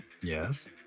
Yes